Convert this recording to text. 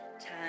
Time